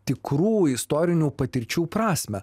tikrų istorinių patirčių prasmę